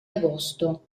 agosto